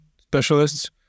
specialists